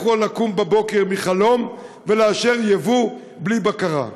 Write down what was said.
לקום בבוקר מחלום ולאשר יבוא בלי בקרה?